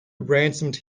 ransomed